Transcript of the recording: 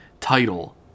Title